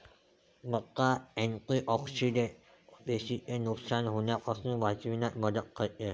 मका अँटिऑक्सिडेंट पेशींचे नुकसान होण्यापासून वाचविण्यात मदत करते